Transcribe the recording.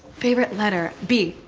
favorite letter? b,